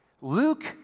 Luke